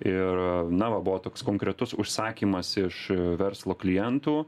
ir na va buvo toks konkretus užsakymas iš verslo klientų